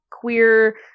queer